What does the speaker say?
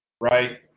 Right